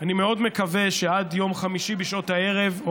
אני מאוד מקווה שעד יום חמישי בשעות הערב,